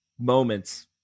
moments